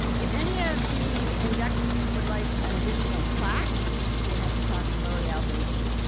if any of the inductees would like an additional plaque you'd you'd have to talk to laurie albenies.